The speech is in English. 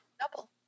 double